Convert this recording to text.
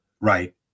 right